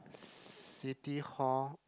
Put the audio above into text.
City-Hall